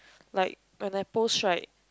like when I post right